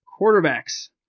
quarterbacks